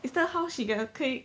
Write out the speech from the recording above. is that how she get a clique